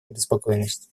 обеспокоенность